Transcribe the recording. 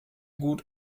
gut